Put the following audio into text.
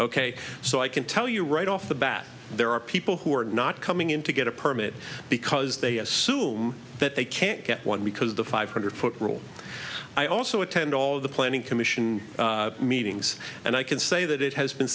ok so i can tell you right off the bat there are people who are not coming in to get a permit because they assume that they can't get one because of the five hundred foot rule i also attend all of the planning commission meetings and i can say that it has been